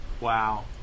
Wow